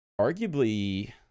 arguably